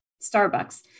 Starbucks